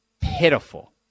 pitiful